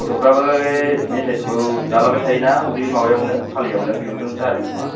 गथ'फ्राबो बे मेथाइफोरखौ जालाबाय थायो ना उदै माबायावनो खालियावनो बेयावनो जादों खोमा